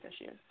issues